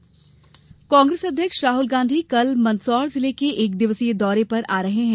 राहुल दौरा कांग्रेस अध्यक्ष राहुल गांधी कल मंदसौर जिले के एक दिवसीय दौरे पर आ रहे हैं